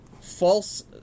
false